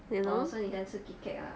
oh so 你喜欢吃 Kit Kat ah